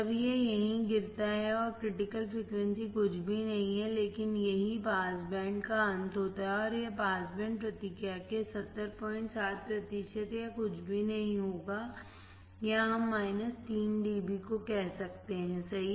जब यह यहीं गिरता है और क्रिटिकल फ्रिकवेंसी कुछ भी नहीं है लेकिन यहीं पास बैंड का अंत होता है और यह पास बैंड प्रतिक्रिया के 707 प्रतिशत या कुछ भी नहीं होगा या हम 3 dB को कह सकते हैंसही